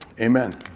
Amen